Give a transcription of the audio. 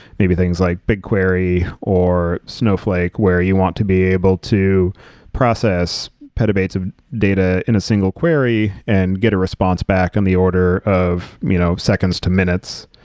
maybe things like bigquery or snowflake where you want to be able to process petabytes of data in a single query and get a response back in the order of you know seconds to minutes.